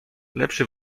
lepszy